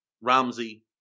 Ramsey